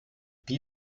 wie